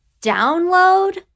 download